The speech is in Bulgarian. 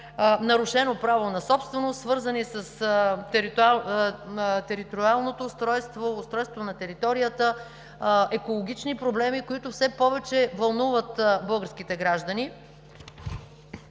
нарушено право на собственост, свързани с устройството на територията, с екологични проблеми, които все повече вълнуват българските граждани.